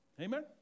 Amen